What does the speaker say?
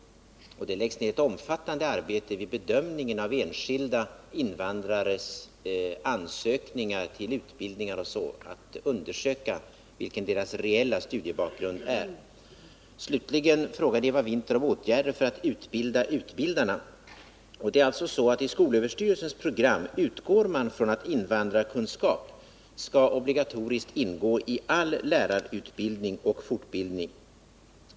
Det läggs ned ett omfattande arbete vid bedömningen av enskilda invandrares ansökningar till utbildningar o. d. för att undersöka vilken deras reella studiebakgrund är. Slutligen frågade Eva Winther om åtgärder för att utbilda utbildarna. I skolöverstyrelsens program utgår man från att invandrarkunskap obligatoriskt skall ingå i all lärarutbildning och fortbildning.